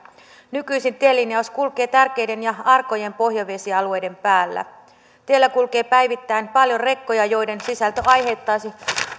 nykyisin tielinjaus kulkee tärkeiden ja arkojen pohjavesialueiden päällä tiellä kulkee päivittäin paljon rekkoja joiden sisältö aiheuttaisi